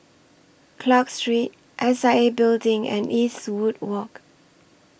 Clarke Street S I A Building and Eastwood Walk